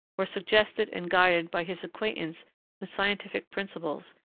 were suggested and guided by his acquaintance with scientific principles,